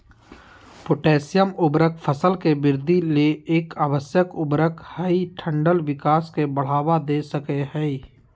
potassium उर्वरक फसल के वृद्धि ले एक आवश्यक उर्वरक हई डंठल विकास के बढ़ावा दे सकई हई